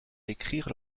écrire